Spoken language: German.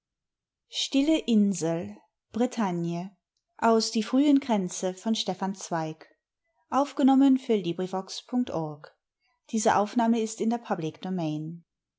die frühen kränze oh